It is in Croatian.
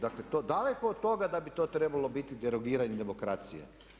Dakle, daleko od toga da bi to trebalo biti derogiranje demokracije.